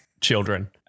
children